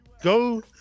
Go